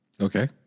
Okay